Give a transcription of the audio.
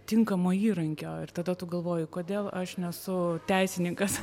tinkamo įrankio ir tada tu galvoji kodėl aš nesu teisininkas